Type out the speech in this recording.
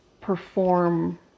perform